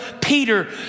Peter